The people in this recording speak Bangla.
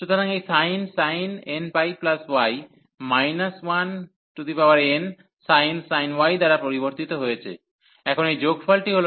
সুতরাং এই sin nπy 1nsin y দ্বারা পরিবর্তিত হয়েছে